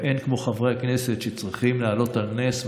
ואין כמו חברי הכנסת שצריכים להעלות על נס.